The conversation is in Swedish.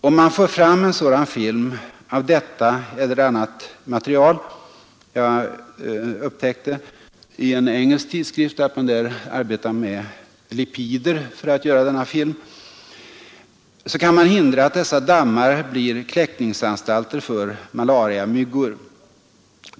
Om man får fram en sådan film av detta eller annat material — jag upptäckte i en engelsk tidskrift att man där arbetar med lipoider för att göra denna film — kan man hindra att dessa dammar blir kläckningsanstalter för malariamyggor.